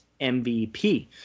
MVP